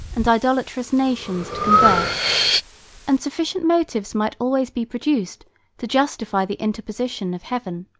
and idolatrous nations to convert and sufficient motives might always be produced to justify the interposition of heaven.